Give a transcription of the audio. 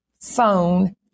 phone